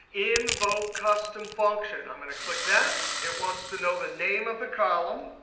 invoke custom function. i'm going to click that. it wants to know the name of the column,